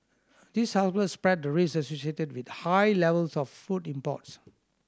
this helps spread the risks associated with high levels of food imports